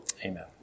Amen